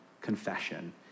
confession